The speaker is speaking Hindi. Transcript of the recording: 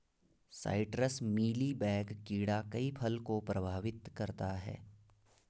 साइट्रस मीली बैग कीड़ा कई फल को प्रभावित करता है